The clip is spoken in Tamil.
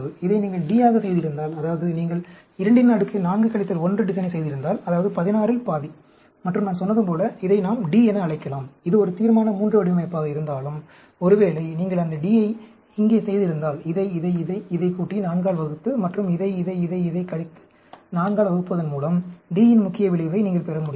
இதை நீங்கள் D ஆக செய்திருந்தால் அதாவது நீங்கள் 24 1 டிசைனை செய்திருந்தால் அதாவது 16 இன் பாதி மற்றும் நான் சொன்னது போல் இதை நாம் D என அழைக்கலாம் இது ஒரு தீர்மான III வடிவமைப்பாக இருந்தாலும் ஒருவேளை நீங்கள் அந்த D ஐ இங்கே செய்திருந்தால் இதை இதை இதை இதை கூட்டி 4 ஆல் வகுத்து மற்றும் இதை இதை இதை இதை கழித்து 4 ஆல் வகுப்பதன்மூலம் D யின் முக்கிய விளைவை நீங்கள் பெற முடியும்